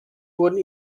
wurden